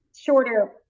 shorter